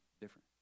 different